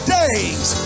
days